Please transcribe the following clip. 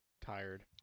tired